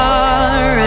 far